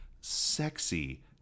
sexy